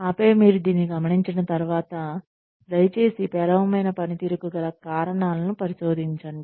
ఆపై మీరు దీన్ని గమనించిన తర్వాత దయచేసి పేలవమైన పనితీరుకు గల కారణాలను పరిశోధించండి